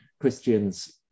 Christians